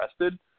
arrested